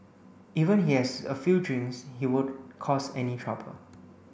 even he has a few drinks he won't cause any trouble